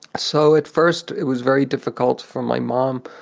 so, at first it was very difficult for my mom,